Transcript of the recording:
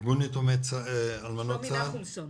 ארגון אלמנות ויתומי צה"ל